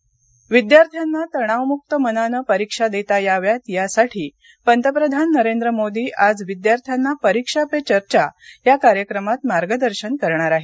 परीक्षा पे चर्चा विद्यार्थ्यांना तणावमुक्त मनानं परीक्षा देता याव्यात यासाठी पंतप्रधान नरेंद्र मोदी आज विद्यार्थ्यांना परीक्षा पे चर्चा या कार्यक्रमात मार्गदर्शन करणार आहेत